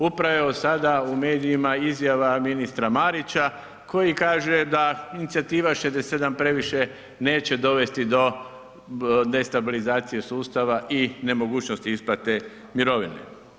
Upravo evo sada u medijima, izjava ministra Marića koji kaže da inicijativa 67 je previše, neće dovesti do destabilizacije sustava i nemogućnosti isplate mirovine.